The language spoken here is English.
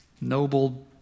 noble